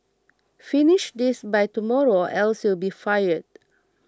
finish this by tomorrow else you'll be fired